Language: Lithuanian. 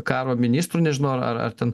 karo ministrų nežinau ar ar ten